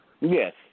Yes